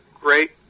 great